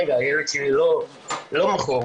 הילד שלי לא מכור,